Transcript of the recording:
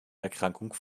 erkrankung